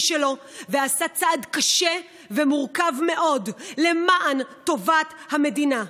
שלו ועשה צעד קשה ומורכב מאוד למען טובת המדינה.